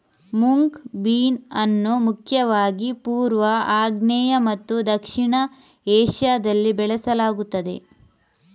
mung bean ಅನ್ನು ಮುಖ್ಯವಾಗಿ ಪೂರ್ವ, ಆಗ್ನೇಯ ಮತ್ತು ದಕ್ಷಿಣ ಏಷ್ಯಾದಲ್ಲಿ ಬೆಳೆಸಲಾಗುತ್ತದೆ